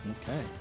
Okay